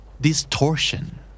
Distortion